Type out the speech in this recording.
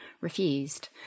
refused